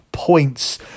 Points